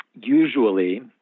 usually